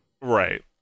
Right